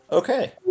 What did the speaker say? Okay